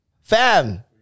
fam